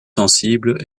sensible